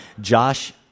Josh